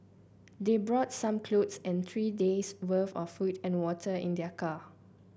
they brought some clothes and three days' worth of food and water in their car